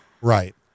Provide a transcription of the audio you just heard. Right